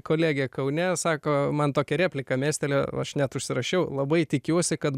kolegė kaune sako man tokią repliką mestelėjo o aš net užsirašiau labai tikiuosi kad